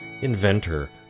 inventor